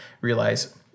realize